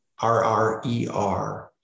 R-R-E-R